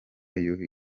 yuhi